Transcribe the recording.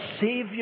Savior